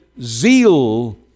zeal